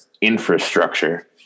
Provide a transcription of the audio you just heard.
infrastructure